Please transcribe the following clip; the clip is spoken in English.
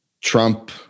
Trump